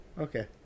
Okay